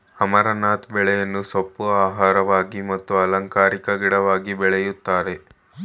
amaranth ಬೆಳೆಯನ್ನು ಸೊಪ್ಪು, ಆಹಾರವಾಗಿ ಮತ್ತು ಅಲಂಕಾರಿಕ ಗಿಡವಾಗಿ ಬೆಳಿತರೆ